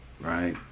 right